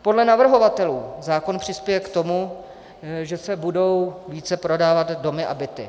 Podle navrhovatelů zákon přispěje k tomu, že se budou více prodávat domy a byty.